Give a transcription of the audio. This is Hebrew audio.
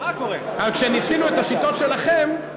רק כשניסינו את השיטות שלכם,